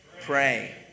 pray